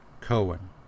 Cohen